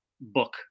book